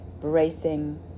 bracing